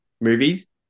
movies